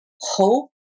hope